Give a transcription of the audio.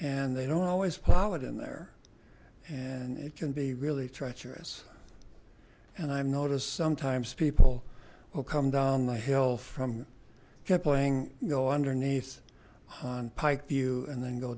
and they don't always plow it in there and it can be really treacherous and i've noticed sometimes people will come down the hill from kipling you know underneath on pike view and then go